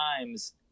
times